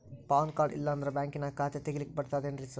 PAN card ಇಲ್ಲಂದ್ರ ಬ್ಯಾಂಕಿನ್ಯಾಗ ಖಾತೆ ತೆಗೆಲಿಕ್ಕಿ ಬರ್ತಾದೇನ್ರಿ ಸಾರ್?